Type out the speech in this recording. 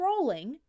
scrolling